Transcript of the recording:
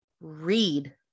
read